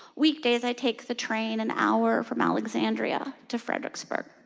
weekdays i take the train an hour from alexandria to fredericksburg.